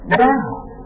down